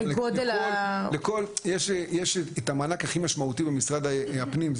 יש את המענק הכי משמעותי במשרד הפנים,